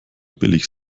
billig